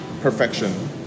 perfection